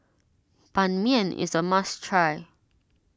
Ban Mian is a must try